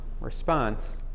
response